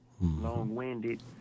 Long-winded